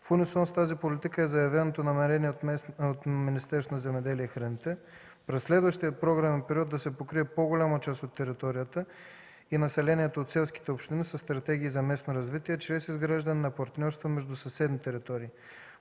В унисон с тази политика е заявеното намерение от Министерството на земеделието и храните през следващия програмен период да се покрие по-голяма част от територията и населението от селските общини със стратегии за местно развитие чрез изграждане на партньорство между съседни територии.